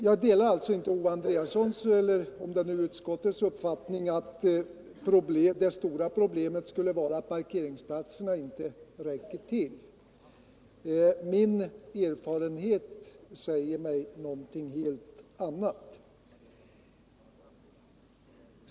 Jag delar således inte Owe Andréassons eller utskottets uppfattning att det stora problemet skulle vara att parkeringsplatserna inte räcker till. Min erfarenhet säger mig någonting helt annat.